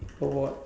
award